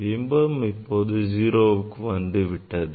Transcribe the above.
பிம்பம் இப்போது 0க்கு வந்துவிட்டது